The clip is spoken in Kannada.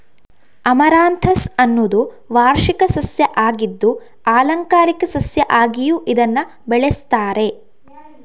ಅಮರಾಂಥಸ್ ಅನ್ನುದು ವಾರ್ಷಿಕ ಸಸ್ಯ ಆಗಿದ್ದು ಆಲಂಕಾರಿಕ ಸಸ್ಯ ಆಗಿಯೂ ಇದನ್ನ ಬೆಳೆಸ್ತಾರೆ